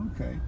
Okay